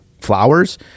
flowers